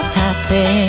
happy